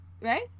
Right